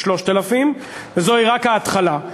זוהי רק ההתחלה.